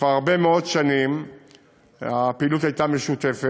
שכבר הרבה מאוד שנים הפעילות הייתה משותפת